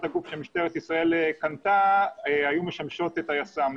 הגוף שמשטרת ישראל קנתה היו משמשות את היס"מ.